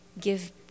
give